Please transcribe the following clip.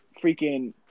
freaking